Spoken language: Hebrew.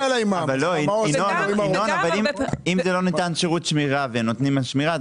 אם לא ניתן שירות שמירה ונותנים על שמירה,